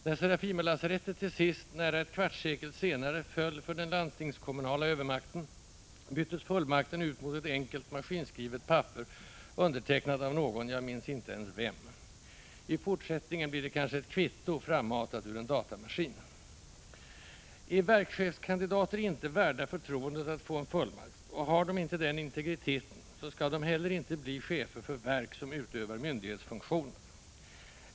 När Serafimerlasarettet till sist, nära ett kvarts sekel senare, föll för den landstingskommunala övermakten, byttes fullmakten ut mot ett enkelt maskinskrivet papper, undertecknat av någon — jag minns inte ens vem. I fortsättningen blir det kanske ett kvitto, frammatat ur en datamaskin. Är verkschefskandidater inte värda förtroendet att få en fullmakt och har de inte den integriteten, skall de heller inte bli chefer för verk som utövar myndighetsfunktioner.